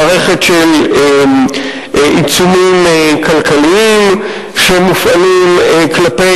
מערכת של עיצומים כלכליים שמופעלים כלפי